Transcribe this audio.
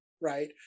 right